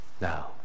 now